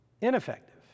ineffective